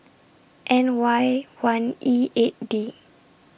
N Y one E eight D